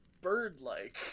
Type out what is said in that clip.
bird-like